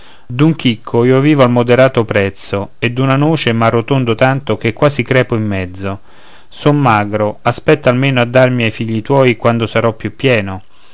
d'un chicco io vivo al moderato prezzo e d'una noce m'arrotondo tanto che quasi crepo in mezzo son magro aspetta almeno a darmi a figli tuoi quando sarò più pieno